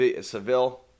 Seville